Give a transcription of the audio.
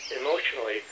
emotionally